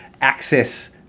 access